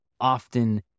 often